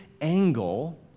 angle